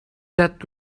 that